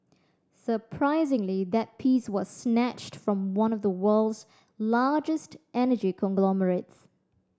surprisingly that piece was snatched from one of the world's largest energy conglomerates